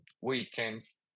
weekends